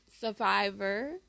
Survivor